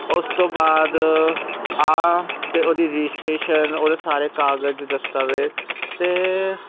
ਉਸ ਤੋਂ ਬਾਅਦ ਆ ਅਤੇ ਉਹਦੀ ਰਜਿਸਟਰੇਸ਼ਨ ਉਹਦੇ ਸਾਰੇ ਕਾਗਜ਼ ਦਸਤਾਵੇਜ਼ ਅਤੇ